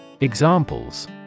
Examples